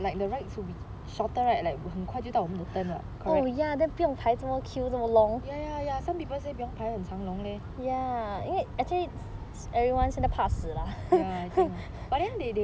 like the rides will be shorter right like 很快就到我们的 turn 了 ya ya ya some people say 不用排很长龙 leh ya but then they they